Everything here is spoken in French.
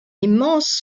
immense